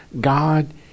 God